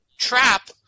trap